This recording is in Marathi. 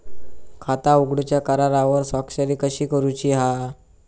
खाता उघडूच्या करारावर स्वाक्षरी कशी करूची हा?